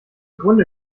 grunde